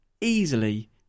easily